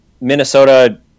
Minnesota